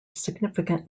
significant